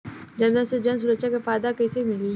जनधन से जन सुरक्षा के फायदा कैसे मिली?